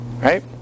right